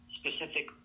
specific